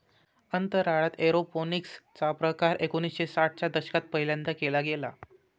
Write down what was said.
अंतराळात एरोपोनिक्स चा प्रकार एकोणिसाठ च्या दशकात पहिल्यांदा केला गेला